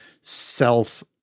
self